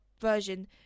version